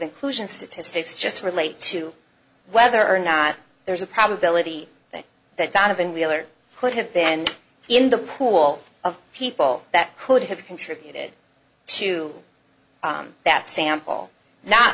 inclusion statistics just relate to whether or not there's a probability that donovan wheeler could have been in the pool of people that could have contributed to that sample not